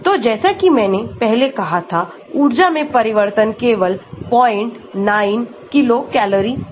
तो जैसा कि मैंने पहलेकहां था ऊर्जा में परिवर्तन केवल 09 किलो कैलोरी है